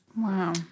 Wow